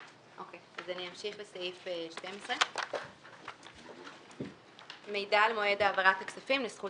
אז אני אמשיך לסעיף 12. "מידע על מועד העברת הכספים לזכות